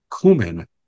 cumin